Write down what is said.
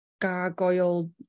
gargoyle